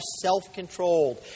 self-controlled